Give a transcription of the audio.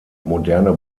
moderne